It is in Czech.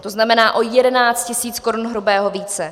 To znamená o 11 tisíc korun hrubého více.